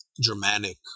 Germanic